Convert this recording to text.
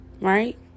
Right